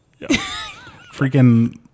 Freaking